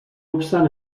obstant